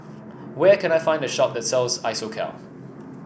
where can I find a shop that sells Isocal